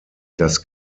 das